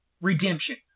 redemption